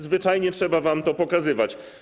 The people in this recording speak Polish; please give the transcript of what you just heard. Zwyczajnie trzeba wam to pokazywać.